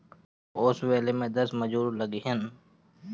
ओसवले में दस मजूर लगिहन